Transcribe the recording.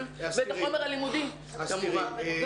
את החומר הלימודי, כמובן.